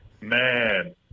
man